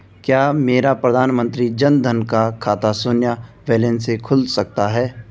क्या मेरा प्रधानमंत्री जन धन का खाता शून्य बैलेंस से खुल सकता है?